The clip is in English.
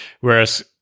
Whereas